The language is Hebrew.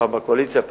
פעם בקואליציה,